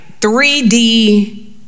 3D